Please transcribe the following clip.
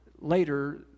later